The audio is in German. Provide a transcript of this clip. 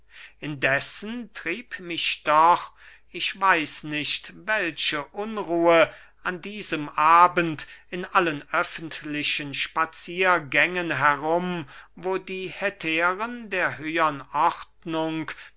indessen trieb mich doch ich weiß nicht welche unruhe an diesem abend in allen öffentlichen spaziergängen herum wo die hetären der höhern ordnung